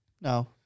no